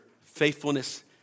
faithfulness